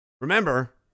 Remember